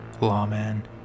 Lawman